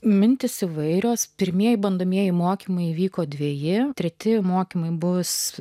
mintys įvairios pirmieji bandomieji mokymai vyko dvejiems treti mokymai bus